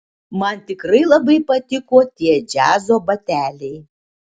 man tikrai labai patiko tie džiazo bateliai